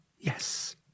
Yes